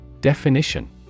Definition